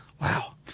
Wow